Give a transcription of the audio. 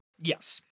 Yes